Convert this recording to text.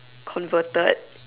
converted